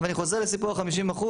ואני חוזר לסיפור ה-50%,